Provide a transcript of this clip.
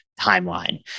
timeline